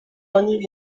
sonny